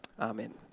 Amen